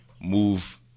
move